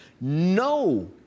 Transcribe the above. No